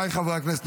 חבריי חברי הכנסת,